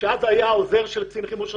שאז היה עוזר קצין חימוש ראשי.